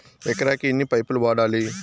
ఎకరాకి ఎన్ని పైపులు వాడాలి?